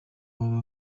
baba